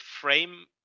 frame